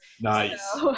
nice